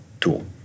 tool